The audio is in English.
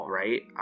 right